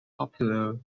popular